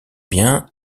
biens